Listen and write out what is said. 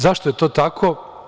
Zašto je to tako?